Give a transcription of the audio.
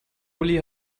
uli